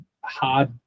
hard